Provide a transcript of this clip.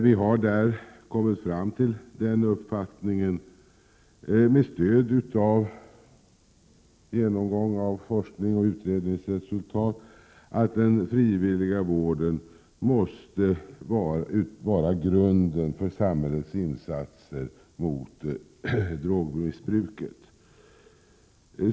Vi har där kommit fram till den uppfattningen, med stöd av genomgång av forskningsoch utredningsresultat, att den frivilliga vården måste vara grunden för samhällets insatser mot drogmissbruket.